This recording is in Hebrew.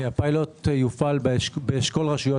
הפילוט יופעל באשכול רשויות